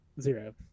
zero